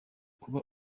kuba